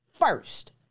first